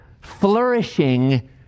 Flourishing